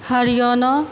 Haryana